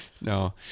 No